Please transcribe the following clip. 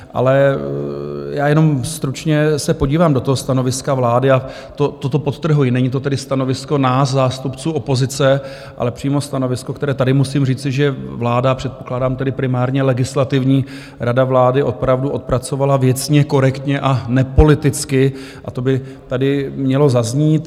Ale já jenom stručně se podívám do stanoviska vlády a toto podtrhuji, není to tedy stanovisko nás, zástupců opozice, ale přímo stanovisko, které tady musím říci, že vláda, předpokládám tedy primárně Legislativní rada vlády, opravdu odpracovala věcně, korektně a nepoliticky, a to by tady mělo zaznít.